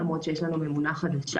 למרות שיש לנו ממונה חדשה.